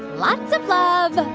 lots of love,